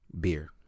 beer